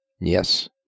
Yes